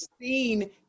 seen